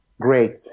great